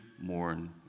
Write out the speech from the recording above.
mourn